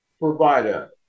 provider